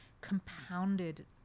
compounded